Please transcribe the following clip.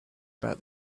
about